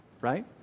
right